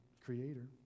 creator